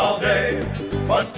all day but